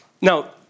Now